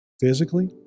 physically